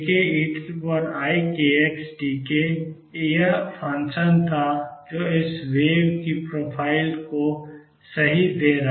याद करें Akeikxdk यह फंक्शन था जो इस वेव की प्रोफाइल को सही दे रहा था